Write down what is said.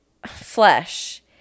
Flesh